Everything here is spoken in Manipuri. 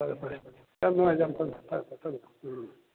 ꯐꯔꯦ ꯐꯔꯦ ꯌꯥꯝ ꯅꯨꯡꯉꯥꯏꯖꯔꯦ ꯑꯝꯇꯪꯒ ꯐꯔꯦ ꯐꯔꯦ ꯊꯝꯃꯦ ꯊꯝꯃꯦ ꯎꯝ ꯎꯝ